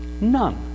None